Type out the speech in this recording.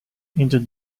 into